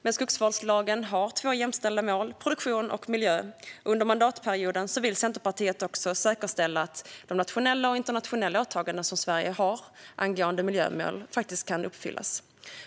Men skogsvårdslagen har två jämställda mål - produktion och miljö - och under mandatperioden vill Centerpartiet också säkerställa att Sveriges nationella och internationella åtaganden angående miljömål kan uppfyllas.